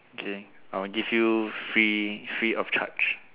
okay I will give you free free of charge